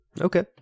Okay